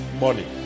money